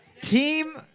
Team